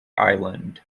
island